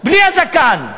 בלי הזקן.